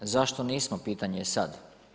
Zašto nismo pitanje je sad?